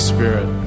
Spirit